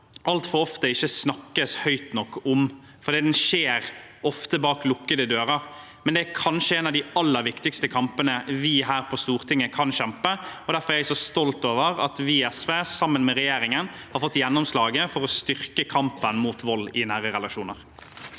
altfor ofte ikke snakkes høyt nok om, fordi den ofte skjer bak lukkede dører, men det er kanskje en av de aller viktigste kampene vi her på Stortinget kan kjempe. Derfor er jeg så stolt over at vi i SV, sammen med regjeringen, har fått gjennomslag for å styrke kampen mot vold i nære relasjoner.